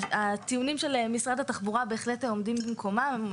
הטיעונים של משרד התחבורה בהחלט עומדים במקומם.